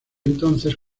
entonces